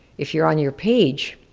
if you're on your page,